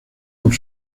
por